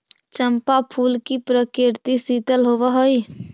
चंपा फूल की प्रकृति शीतल होवअ हई